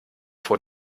vor